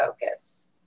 focus